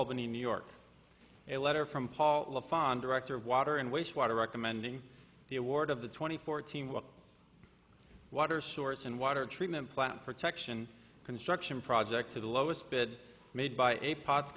albany new york a letter from paul fond director of water and wastewater recommending the award of the twenty four team water source and water treatment plant protection construction project to the lowest bid made by a pot